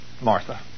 Martha